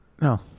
No